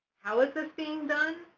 how is this being done?